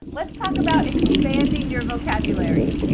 let's talk about expanding your vocabulary.